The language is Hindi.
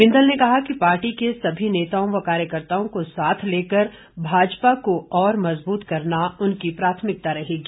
बिंदल ने कहा कि पार्टी के सभी नेताओं व कार्यकर्त्ताओं को साथ लेकर भाजपा को और मजबूत करना उनकी प्राथमिकता रहेगी